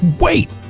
wait